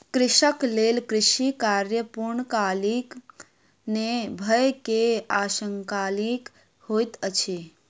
कृषक लेल कृषि कार्य पूर्णकालीक नै भअ के अंशकालिक होइत अछि